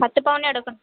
பத்துப் பவுனு எடுக்கணும்